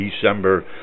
December